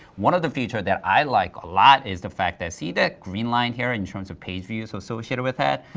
one of the features that i like a lot is the fact that, see that green line here, in terms of pages views associated with it,